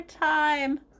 time